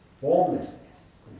formlessness